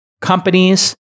companies